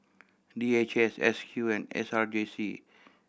D H S S Q and S R J C